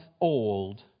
old